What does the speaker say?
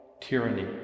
tyranny